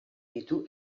ditu